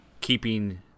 keeping